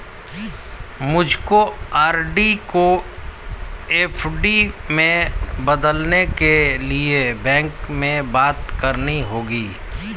मुझको आर.डी को एफ.डी में बदलने के लिए बैंक में बात करनी होगी